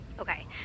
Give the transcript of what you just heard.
Okay